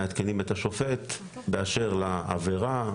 מעדכנים את השופט באשר לעבירה,